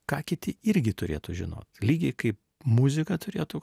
ką kiti irgi turėtų žinot lygiai kaip muzika turėtų